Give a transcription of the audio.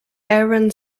aaron